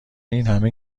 اینهمه